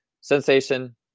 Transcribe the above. sensation